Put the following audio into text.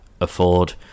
afford